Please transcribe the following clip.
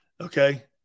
Okay